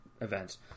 events